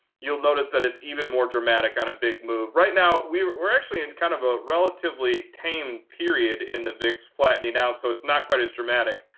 you'll notice that it's even more dramatic on a big move. right now, we're actually in kind of a relatively tame period in the vix, flattening out, so it's not quite as dramatic.